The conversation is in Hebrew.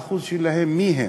האחוז שלהם, מי הם?